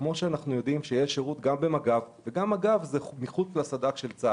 כמו שאנחנו יודעים שיש שירות ביטחון במג"ב וגם גוף זה אינו צה"לי.